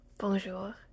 Bonjour